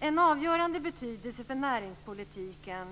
Det är av avgörande betydelse för näringspolitiken